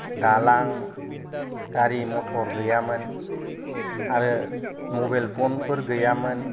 दालां गारि मथर गैयामोन आरो मबाइल फन फोर गैयामोन